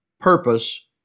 purpose